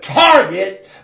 target